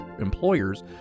employers